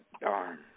Darn